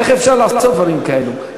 איך אפשר לעשות דברים כאלה?